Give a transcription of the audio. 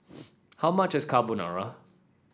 how much is Carbonara